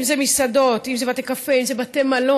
אם זה מסעדות, אם זה בתי קפה, אם זה בתי מלון,